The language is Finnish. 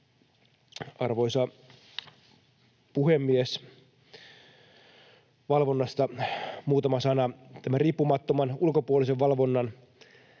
Arvoisa puhemies! Valvonnasta muutama sana. Tämän riippumattoman ulkopuolisen valvonnan